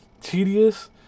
tedious